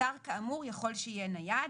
אתר כאמור יכול שיהיה נייד.